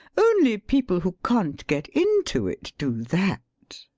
only people who can't get into it do that.